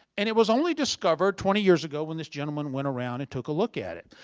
and it was only discovered twenty years ago when this gentleman went around and took a look at it.